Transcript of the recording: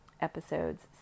episodes